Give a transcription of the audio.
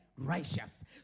righteous